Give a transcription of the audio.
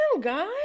guys